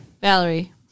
Valerie